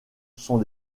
sont